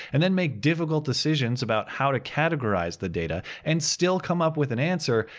and then make difficult decisions about how to categorize the data, and still come up with an answer,